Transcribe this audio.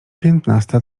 piętnasta